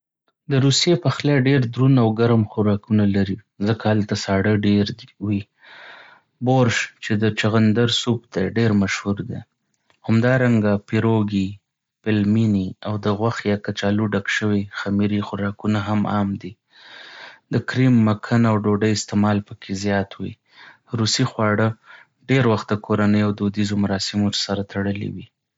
د روسیې پخلی ډېر دروند او ګرم خوراکونه لري، ځکه هلته ساړه ډېر وي. بورش، چې د چغندر سوپ دی، ډېر مشهور دی. همدارنګه، پیروګي، پيلمېني، او د غوښې یا کچالو ډک شوي خمیرې خوراکونه هم عام دي. د کریم، مکھن، او ډوډۍ استعمال پکې زیات وي. روسۍ خواړه ډېر وخت د کورنۍ او دودیزو مراسمو سره تړلي وي.